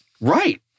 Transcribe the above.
Right